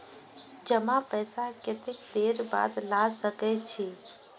जमा पैसा कतेक देर बाद ला सके छी?